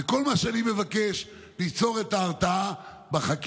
וכל מה שאני מבקש הוא ליצור את ההרתעה בחקיקה.